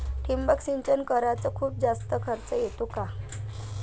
ठिबक सिंचन कराच खूप जास्त खर्च येतो का?